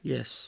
Yes